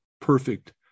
perfect